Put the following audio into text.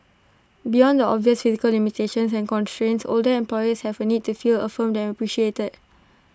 beyond the obvious physical limitations and constraints older employees have A need to feel affirmed and appreciated